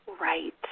Right